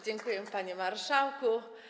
Dziękuję, panie marszałku.